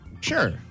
Sure